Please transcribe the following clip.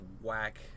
whack